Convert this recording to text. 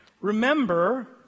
remember